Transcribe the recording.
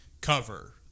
cover